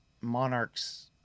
monarchs